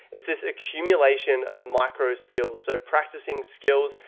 it's this accumulation of micro skills, so practicing skills,